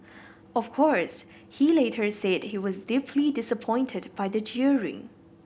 of course he later said he was deeply disappointed by the jeering